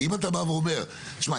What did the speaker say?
כי אם אתה בא ואומר: תשמע,